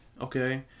Okay